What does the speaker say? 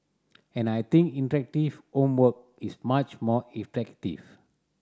and I think interactive homework is much more effective